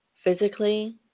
physically